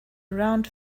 around